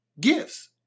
gifts